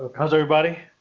how's everybody?